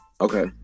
okay